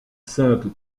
sainte